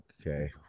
okay